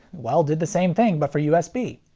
well did the same thing but for usb.